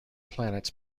planets